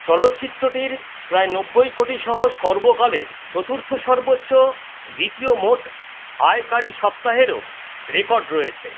চলচ্চিত্রটির প্রায় নব্বই কোটি সহ সর্বকালের চতুর্থ সর্বোচ্চ দ্বিতীয় মোট আয়কারী সপ্তাহেরও রেকর্ড রয়েছে